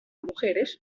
mujeres